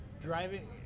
Driving